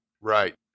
Right